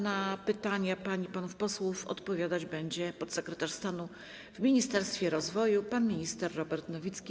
Na pytania pań i panów posłów odpowiadać będzie podsekretarz stanu w Ministerstwie Rozwoju pan minister Robert Nowicki.